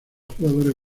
jugadores